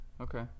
Okay